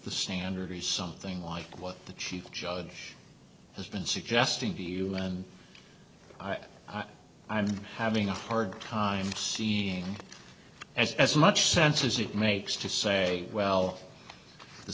the standard is something like what the chief judge has been suggesting to you and i i'm having a hard time seeing as as much sense as it makes to say well the